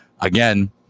again